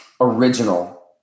original